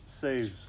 saves